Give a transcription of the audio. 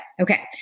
Okay